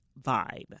vibe